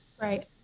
Right